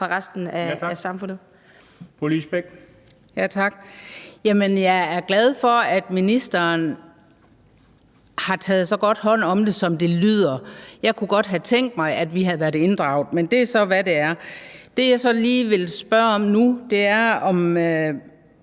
Lise Bech (DF): Tak. Jeg er glad for, at ministeren har taget så godt hånd om det, som det lyder til. Jeg kunne godt have tænkt mig, at vi havde været inddraget, men det er så, hvad det er. Det, jeg så lige vil spørge om nu, er, om